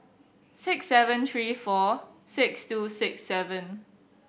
six seven three four six two six seven